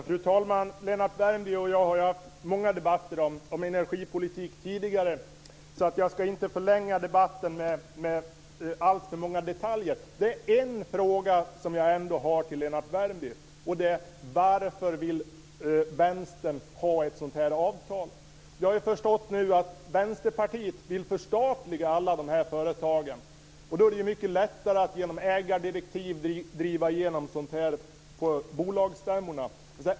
Fru talman! Lennart Värmby och jag har fört många debatter om energipolitik tidigare, så jag ska inte förlänga den här debatten med alltför många detaljer. Jag har ändå en fråga till Lennart Värmby: Varför vill Vänstern ha ett sådant här avtal? Vi har förstått att Vänsterpartiet vill förstatliga alla de här företagen. Då är det ju mycket lättare att genom ägardirektiv driva igenom sådant här på bolagsstämmorna.